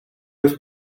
was